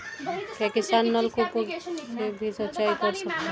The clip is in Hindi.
क्या किसान नल कूपों से भी सिंचाई कर सकते हैं?